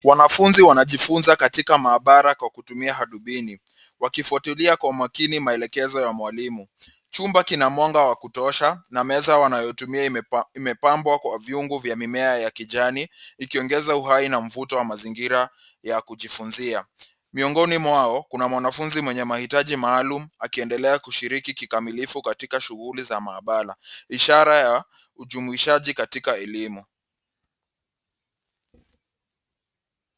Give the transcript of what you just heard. Wanafunzi wanajifunza katika maabara kwa kutumia darubini wakifuatilia kwa maakini maelekezo ya mwalimu. Chumba kina mwanga wa kutosha, na meza wanayotumia imepambwa kwa vyungu vya mimea ya kijani ikiongeza uhai na mvuto wa mazingira ya kujifunzia. Miongoni mwao , kuna mwanafunzi mwenye mahitaji maalum akiendelea kushiriki kikamilifu katika shughuli za maabara, ishara ya ujumuishaji katika elimu.